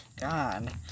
God